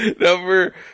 number